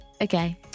okay